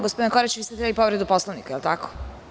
Gospodine Korać, vi ste hteli povredu Poslovnika, je li tako?